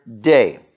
day